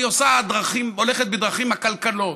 היא הולכת בדרכים עקלקלות,